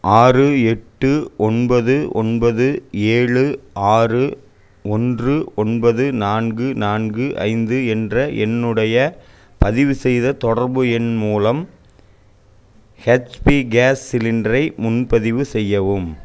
ஆறு எட்டு ஒன்பது ஒன்பது ஏழு ஆறு ஒன்று ஒன்பது நான்கு நான்கு ஐந்து என்ற என்னுடைய பதிவுசெய்த தொடர்பு எண் மூலம் ஹெச்பி கேஸ் சிலிண்ட்ரை முன்பதிவு செய்யவும்